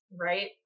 right